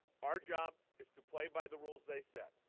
our job is to play by the rules they set.